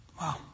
Wow